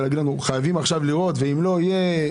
ולומר: אם לא יהיו,